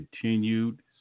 continued